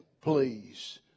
please